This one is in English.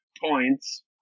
points